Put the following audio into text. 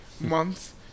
months